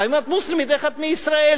היא אומרת: מוסלמית, איך את מישראל?